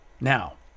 now